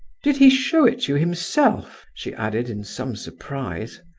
did he show it you himself? she added, in some surprise.